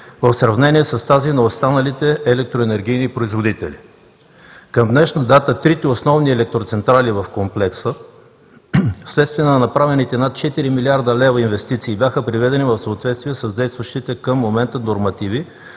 в сравнение с тази на останалите електроенергийни производители. Към днешна дата трите основни електроцентрали в комплекса вследствие на направените от над 4 млрд. лв. инвестиции бяха приведени в съответствие с действащите към момента нормативи